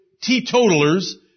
teetotalers